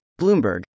Bloomberg